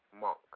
monk